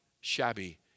shabby